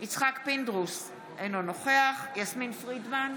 יצחק פינדרוס, אינו נוכח יסמין פרידמן,